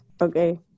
Okay